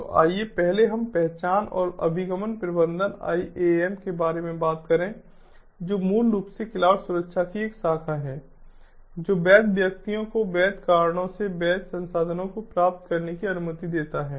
तो आइए पहले हम पहचान और अभिगम प्रबंधन IAM के बारे में बात करें जो मूल रूप से क्लाउड सुरक्षा की एक शाखा है जो वैध व्यक्तियों को वैध कारणों से वैध संसाधनों को प्राप्त करने की अनुमति देता है